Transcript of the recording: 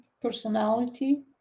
personality